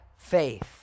Faith